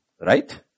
right